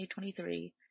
2023